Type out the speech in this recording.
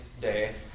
day